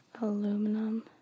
Aluminum